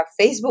Facebook